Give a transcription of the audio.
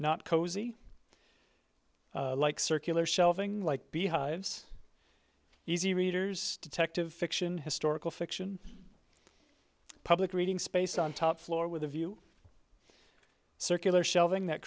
not cozy like circular shelving like beehives easy readers detective fiction historical fiction public reading spaced on top floor with a view circular shelving that